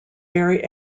very